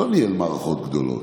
הוא לא ניהל מערכות גדולות.